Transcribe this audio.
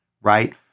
right